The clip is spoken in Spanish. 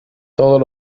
todos